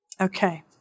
Okay